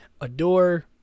adore